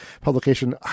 publication